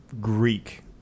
Greek